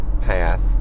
path